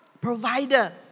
provider